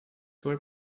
were